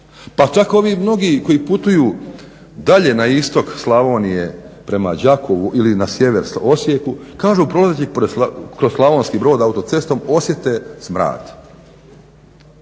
Pa čak ovi mnogi koji putuju dalje na istok Slavonije prema Đakovu ili na sjever Slavonije Osijeku, kažu prolazi kroz Slavonski brod autocestom osjete smrad.